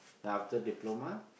then after Diploma